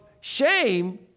shame